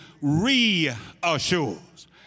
reassures